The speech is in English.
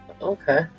okay